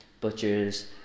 butchers